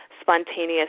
spontaneous